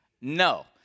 No